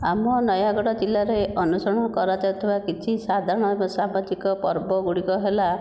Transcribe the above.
ଆମ ନୟାଗଡ଼ ଜିଲ୍ଲାରେ ଅନୁସରଣ କରାଯାଉଥିବା କିଛି ସାଧାରଣ ଏବଂ ସାମାଜିକ ପର୍ବଗୁଡ଼ିକ ହେଲା